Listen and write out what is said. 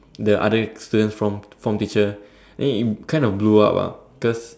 the other students form form teacher and it it kind of blew up ah because